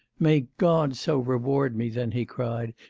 may god so reward me then he cried,